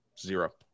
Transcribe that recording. zero